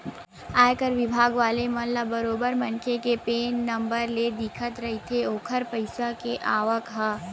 आयकर बिभाग वाले मन ल बरोबर मनखे के पेन नंबर ले दिखत रहिथे ओखर पइसा के आवक ह